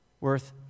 worth